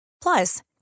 Plus